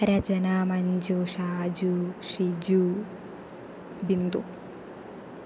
रचना मञ्जु शाजु शिजु बिन्दुः